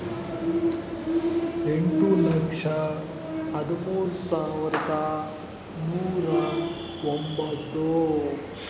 ಎಂಟು ಲಕ್ಷ ಹದಿಮೂರು ಸಾವಿರದ ನೂರ ಒಂಬತ್ತು